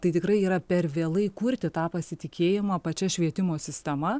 tai tikrai yra per vėlai kurti tą pasitikėjimą pačia švietimo sistema